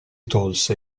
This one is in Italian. tolse